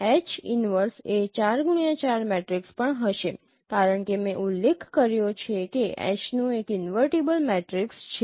H 1 એ 4x4 matrix પણ હશે કારણ કે મેં ઉલ્લેખ કર્યો છે કે H નું એક ઈન્વર્ટીબલ મેટ્રિક્સ છે